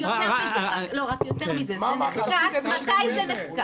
יותר מזה, מתי זה נחקק?